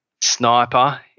sniper